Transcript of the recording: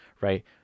right